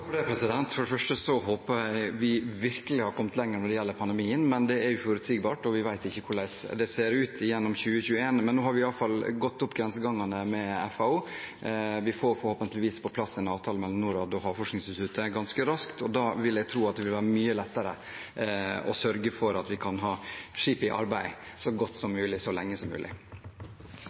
kommet lenger når det gjelder pandemien, men det er uforutsigbart, og vi vet ikke hvordan det ser ut gjennom 2021. Nå har vi i hvert fall gått opp grensegangene med FAO. Vi får forhåpentligvis på plass en avtale mellom Norad og Havforskningsinstituttet ganske raskt, og da vil jeg tro at det vil være mye lettere å sørge for at vi kan ha skipet i arbeid så godt som mulig og så lenge som mulig.